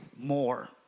more